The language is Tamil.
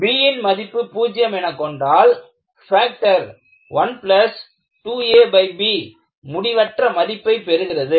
bன் மதிப்பு பூஜ்யம் எனக் கொண்டால் பாக்டர் 12ab முடிவற்ற மதிப்பைப் பெறுகிறது